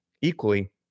Equally